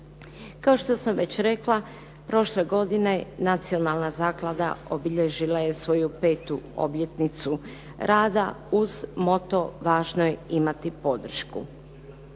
Kao što sam već rekla, prošle godine nacionalna zaklada obilježila je svoju 5. obljetnicu rada uz moto "Važno je imati podršku".